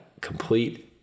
complete